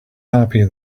happy